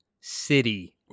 city